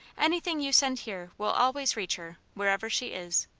anything you send here will always reach her, wherever she is.